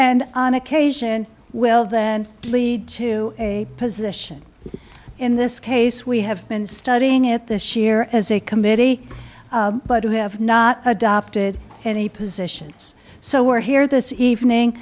and on occasion will then lead to a position in this case we have been studying it this year as a committee but who have not adopted any positions so we're here this evening